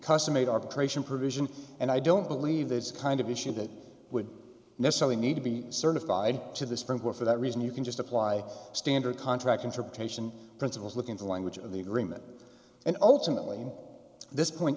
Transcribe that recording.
custom made arbitration provision and i don't believe this kind of issue that would necessarily need to be certified to the supreme court for that reason you can just apply standard contract interpretation principles look at the language of the agreement and ultimately this point